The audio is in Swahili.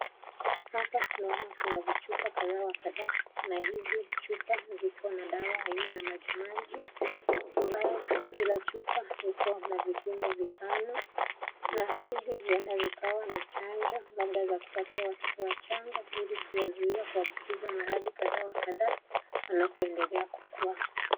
Hapa naona kuna vichupa kadha wa kadha na hizi chupa ziko na dawa aina ya maji maji ambayo kila chupa iko na vipimo vitano na hizi huenda zikawa ni chanjo , labda za kupatia watoto wachanga ili kuwazuia kuambukizwa maradhi kadha wa kadha wanapoendelea kukua.